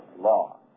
law